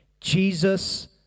Jesus